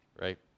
right